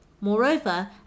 Moreover